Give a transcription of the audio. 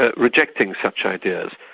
ah rejecting such ideas.